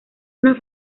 una